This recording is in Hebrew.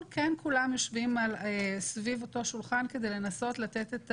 כן כולם יושבים סביב אותו שולחן כדי לנסות לתת את